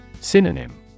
Synonym